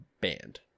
banned